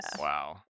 Wow